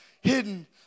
hidden